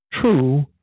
True